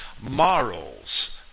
morals